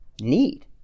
need